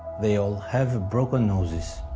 they all have broken noses!